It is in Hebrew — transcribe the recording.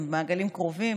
הם במעגלים קרובים,